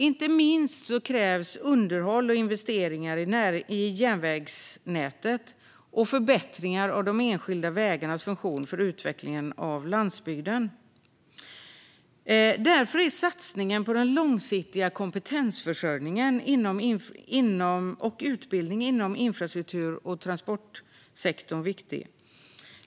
Inte minst krävs underhåll och investeringar i järnvägsnätet och förbättring av de enskilda vägarnas funktion för utvecklingen av landsbygden. Därför är satsningen på den långsiktiga kompetensförsörjningen och utbildning inom infrastruktur och transportsektorn viktig.